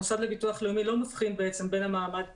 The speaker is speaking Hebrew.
המוסד לביטוח לאומי לא מבחין בין המעמד